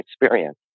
experience